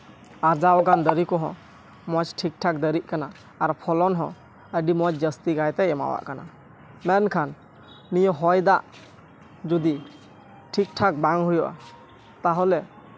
ᱟᱨᱡᱟᱣ ᱟᱠᱟᱱ ᱫᱟᱨᱮ ᱠᱚᱦᱚᱸ ᱢᱚᱡᱽ ᱴᱷᱤᱠ ᱴᱷᱟᱠ ᱫᱟᱨᱮᱜ ᱠᱟᱱᱟ ᱟᱨ ᱯᱷᱚᱞᱚᱱᱦᱚᱸ ᱟᱹᱰᱤ ᱢᱚᱡᱽ ᱡᱟᱹᱥᱛᱤ ᱠᱟᱭᱛᱮ ᱮᱢᱟᱣᱟᱜ ᱠᱟᱱᱟ ᱢᱮᱱᱠᱷᱟᱱ ᱱᱤᱭᱟᱹ ᱦᱚᱭ ᱫᱟᱜ ᱡᱩᱫᱤ ᱴᱷᱤᱠ ᱴᱷᱟᱠ ᱵᱟᱝ ᱦᱩᱭᱩᱜᱼᱟ ᱛᱟᱦᱞᱮ